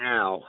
Now